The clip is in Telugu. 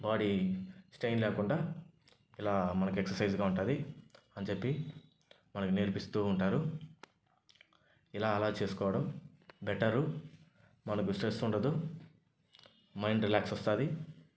బాడీ స్ట్రైన్ లేకుండా ఇలా మనకు ఎక్సైజ్గా ఉంటుంది అని చెప్పి మనకు నేర్పిస్తూ ఉంటారు ఇలా అలా చేసుకోవడం బెటరు మనకు స్ట్రెస్ ఉండదు మైండ్ రిలాక్స్ వస్తుంది